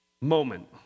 moment